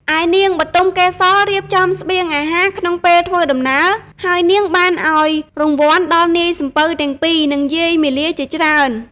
ឯនាងបុទមកេសររៀបចំស្បៀងអាហារក្នុងពេលធ្វើដំណើរ ហើយនាងបានឱ្យរង្វាន់ដល់នាយសំពៅទាំងពីរ និងយាយមាលាជាច្រើន។